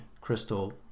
crystal